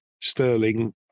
sterling